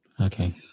Okay